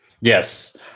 Yes